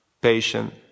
patient